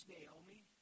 Naomi